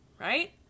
right